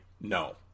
No